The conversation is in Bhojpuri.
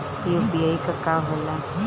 ई यू.पी.आई का होला?